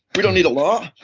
we don't need a law.